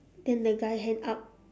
then the guy hand up